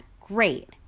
great